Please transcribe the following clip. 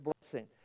blessing